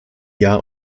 jahr